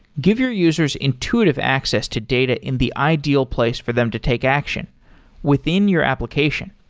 give your users intuitive access to data in the ideal place for them to take action within your application.